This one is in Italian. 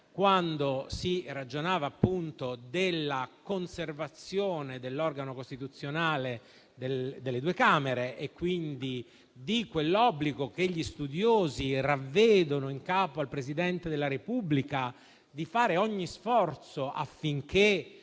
quando si ragionava della conservazione dell'organo costituzionale delle due Camere e, quindi, di quell'obbligo che gli studiosi ravvedono in capo al Presidente della Repubblica di fare ogni sforzo affinché